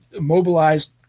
mobilized